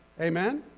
Amen